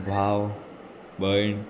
भाव भयण